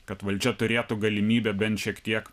kad valdžia turėtų galimybę bent šiek tiek